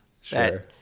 Sure